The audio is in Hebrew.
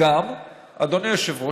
אדוני היושב-ראש,